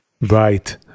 Right